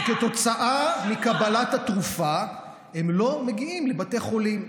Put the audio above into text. שכתוצאה מקבלת התרופה לא מגיעים לבתי חולים.